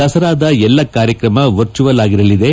ದಸರಾದ ಎಲ್ಲಾ ಕಾರ್ಯಕ್ರಮ ವರ್ಚುವಲ್ ಆಗಿರಲಿದೆ